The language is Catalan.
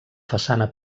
façana